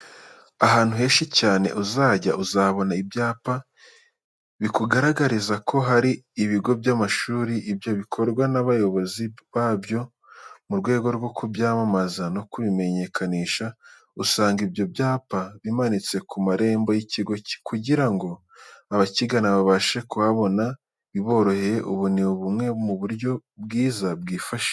Ahantu henshi cyane uzajya uzahabona ibyapa bikugaragariza ko hari ibigo by'amashuri. Ibyo bikorwa n'abayobozi babyo mu rwego rwo kubyamamaza no kubimenyekanisha. Usanga ibyo byapa bimanitse ku marembo y'ikigo kugira ngo abakigana babashe kuhabona biboroheye. Ubu ni bumwe mu buryo bwiza bwifashishwa.